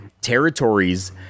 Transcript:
territories